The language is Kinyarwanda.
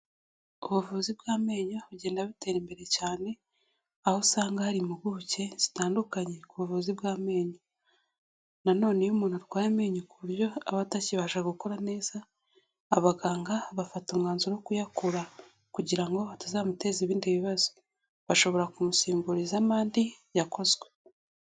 Ubuvuzi bw'amenyo bugenda butera imbere cyane, aho usanga hari impuguke zitandukanye ku buvuzi bw'amenyo. Na none iyo umuntu arwaye amenyo ku buryo aba atakibasha gukora neza, abaganga bafata umwanzuro wo kuyakura kugira ngo atazamuteza ibindi bibazo. Bashobora kumusimburizamo andi yakozwe.